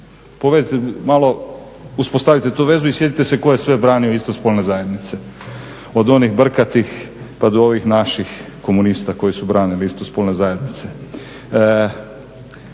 Pogledajte malo, uspostavite tu vezu i sjetite se tko je sve branio istospolne zajednice od onih brkatih pa do ovih naših komunista koji su branili istospolne zajednice.